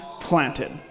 planted